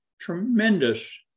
tremendous